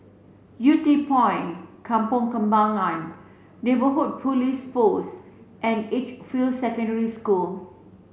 Yew Tee Point Kampong Kembangan Neighbourhood Police Post and Edgefield Secondary School